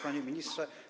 Panie Ministrze!